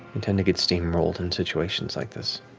and tend to get steamrolled in situations like this.